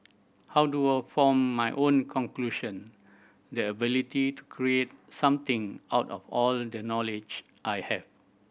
how do I form my own conclusion the ability to create something out of all the knowledge I have